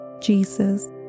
Jesus